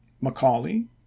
Macaulay